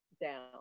down